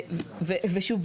ושוב,